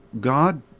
God